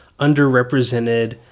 underrepresented